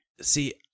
See